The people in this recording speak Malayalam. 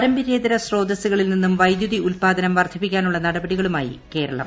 പാരമ്പര്യേതര സ്രോതസ്സുകളിൽ നിന്നും വൈദ്യുതി ഉൽപാദനം വർദ്ധിപ്പിക്കാനുള്ള നടപടികളുമായി കേരളം